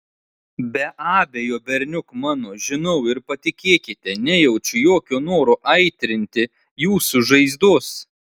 be abejo berniuk mano žinau ir patikėkite nejaučiu jokio noro aitrinti jūsų žaizdos